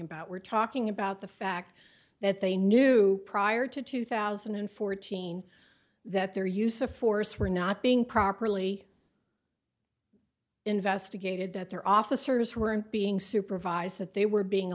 about we're talking about the fact that they knew prior to two thousand and fourteen that their use of force were not being properly investigated that their officers weren't being supervised that they were being